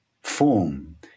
form